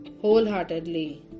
wholeheartedly